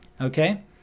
okay